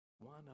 one